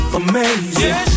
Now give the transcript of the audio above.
amazing